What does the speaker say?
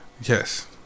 Yes